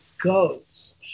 goes